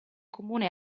comune